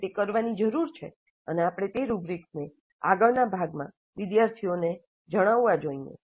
આપણે તે કરવાની જરૂર છે અને આપણે તે રૂબ્રીક્સને આગળના ભાગમાં વિદ્યાર્થીઓ ને જણાવવા જોઈએ